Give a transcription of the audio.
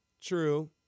True